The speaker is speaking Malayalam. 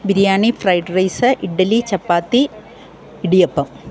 biryani fried rice idli chapati idiyappam